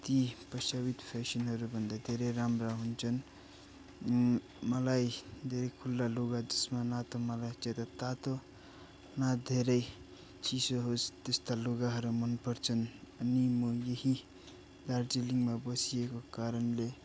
ती पाश्चात्य फेसनहरूभन्दा धेरै राम्रा हुन्छन् मलाई धेरै खुल्ला लुगा जसमा न त मलाई ज्यादा तातो न धेरै चिसो होस् त्यस्ता लुगाहरू मन पर्छन् अनि म यही दार्जिलिङमा बसिएको कारणले